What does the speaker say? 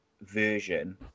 version